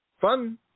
fun